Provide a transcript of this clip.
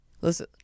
Listen